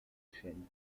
chaîne